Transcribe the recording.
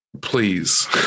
please